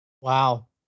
wow